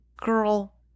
Girl